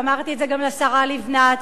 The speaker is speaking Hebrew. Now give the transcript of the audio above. ואמרתי את זה גם לשרה לבנת,